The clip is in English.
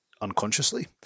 unconsciously